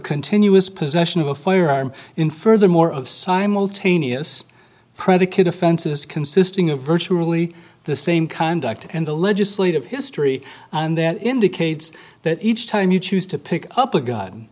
continuous possession of a firearm in furthermore of simultaneous predicate offenses consisting of virtually the same conduct in the legislative history and that indicates that each time you choose to pick up a